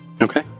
Okay